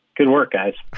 good work, guys